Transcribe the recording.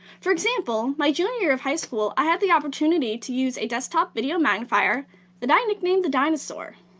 for example, my junior year of high school, i had the opportunity to use a desktop video magnifier that i nicknamed the dinosaur.